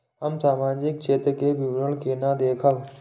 हम सामाजिक क्षेत्र के विवरण केना देखब?